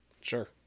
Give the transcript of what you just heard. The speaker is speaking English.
Sure